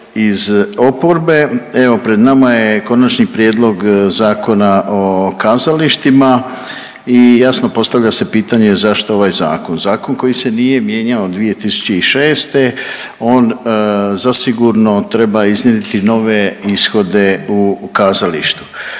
iz oporbe. Evo pred nama je Konačni prijedlog zakona o kazalištima i jasno postavlja se pitanje zašto ovaj zakon. Zakon koji se nije mijenjao 2006. on zasigurno treba iznjedriti nove ishode u kazalištu.